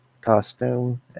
costume